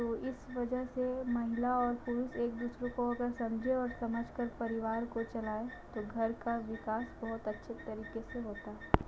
तो इस वजह से महिला और पुरुष एक दूसरे को अगर समझे और समझ कर परिवार को चलाए तो घर का विकास बहुत अच्छे तरीके से होता है